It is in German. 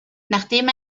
nachdem